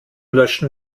löschen